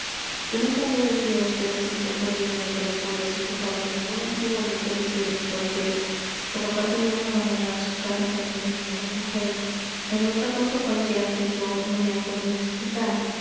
yo no sabré decir á ustedes si esto proviene de que los hombres se ocupaban de muy antiguo en el servicio de los caballeros por lo cual tenían abandonadas sus casas al dominio de las mujeres ó de otra causa cualquiera que yo no me he podido explicar